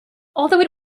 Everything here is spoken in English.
although